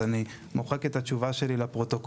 אז אני מוחק את התשובה שלי לפרוטוקול,